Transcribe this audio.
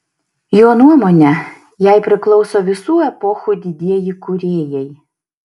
jo nuomone jai priklauso visų epochų didieji kūrėjai